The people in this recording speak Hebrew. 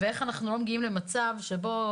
ואיך אנחנו לא מגיעים למצב שבו,